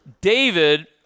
David